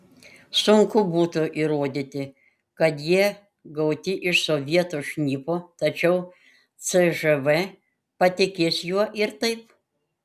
sunku būtų įrodyti kad jie gauti iš sovietų šnipo tačiau cžv patikės juo ir taip